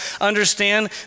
understand